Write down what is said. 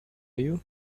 you